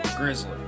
grizzly